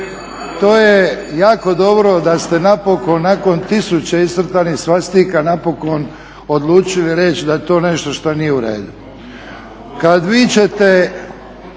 To jako dobro da ste napokon nakon tisuće iscrtanih svastika napokon odlučili reći da je to nešto što nije u redu. Kad vičete,